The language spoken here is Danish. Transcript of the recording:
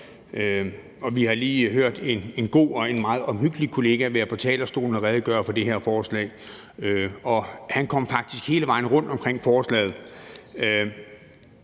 Vi har lige hørt en god og en meget omhyggelig kollega være på talerstolen og redegøre for det her forslag, og han kom faktisk hele vejen rundt omkring forslaget.